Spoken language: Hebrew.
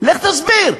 לך תסביר.